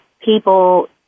people